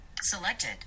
selected